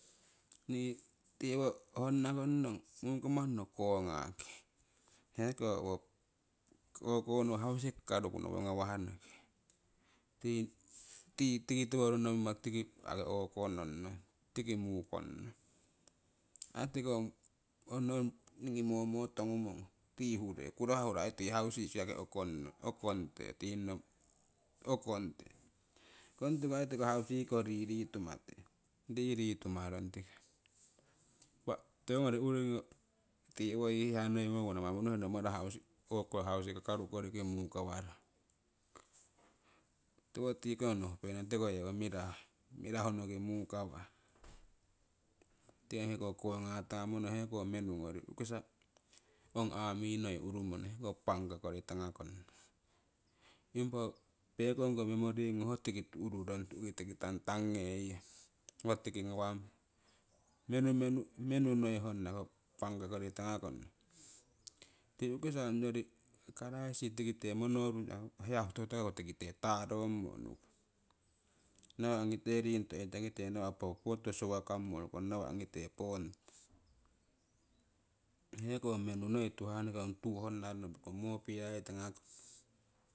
Nii tii owo honna ngong nono mukamarono kongaki heko o'ko nowo hausi kakaruk nowo ngawahnoki tii tiki tiwo rono mimo yaki o'ko nomurong, tiki mukomurong. Ong ningii momo tongumong tii hure, kurahuro aii tii hausiki uukongte uukongtiku aii tiko tii hausikiko riritumate ritumarong. Impa tiwongori uringo tii owoyii hiya noii ngongu namahenong mara o'ko hausi kakaruk koriki muukawarong. Tiwo tikonno nohupenong tiko yewo mirahu mirahunoki mukawah heko konga tangamono heko menunkorii u'kisa ong army noi urumono heko bankakori tangamono ho pekongko memory tuuki tiki tangtang ngei yong ho tiki ngawamong menu noi honna bankakori tangakono tii u'kisa ongori crisis tikiteko mononrun hiya hutohuto kaku tikiteko tarommo unnukong nawa' ongiite ringoto oitakite nawa' ho poongngoto suwakammo urukong nawa' ongite pongoto hekowo menu noi tuhahnoki ong tuu honna mopiyai tangakong